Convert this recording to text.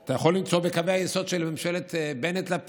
אתה יכול למצוא בקווי היסוד של ממשלת בנט-לפיד